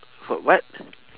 wh~ what